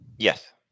Yes